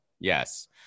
yes